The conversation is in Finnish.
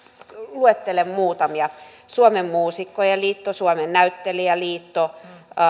luettelen muutamia suomen muusikkojen liitto suomen näyttelijäliitto